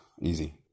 easy